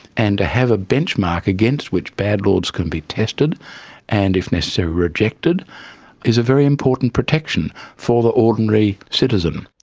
and to have a benchmark against which bad laws can be tested and if necessary rejected is a very important protection for the ordinary citizen.